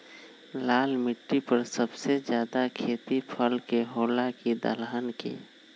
लाल मिट्टी पर सबसे ज्यादा खेती फल के होला की दलहन के?